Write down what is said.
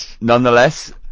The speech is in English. Nonetheless